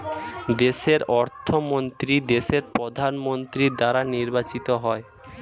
দেশের অর্থমন্ত্রী দেশের প্রধানমন্ত্রী দ্বারা নির্বাচিত হয়